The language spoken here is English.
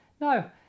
no